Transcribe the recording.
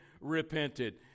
repented